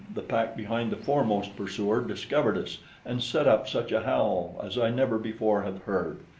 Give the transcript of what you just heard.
the pack behind the foremost pursuer discovered us and set up such a howl as i never before have heard.